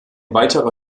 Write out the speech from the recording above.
weiterer